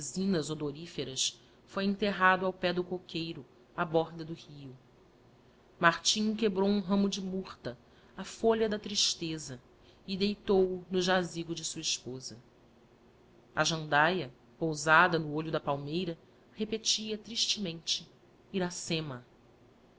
resinas odoríferas foi enteitado ao pé do coqueiro á borda do rio martim quebrou um ramo de murta a folha da tristeza e deitou o no jazigo de sua esposa a jandaia pousada no olho da palmeira repetia tristemente iracema